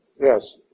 Yes